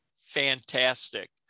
fantastic